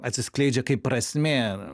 atsiskleidžia kaip prasmė